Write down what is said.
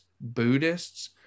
Buddhists